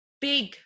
big